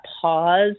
pause